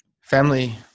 Family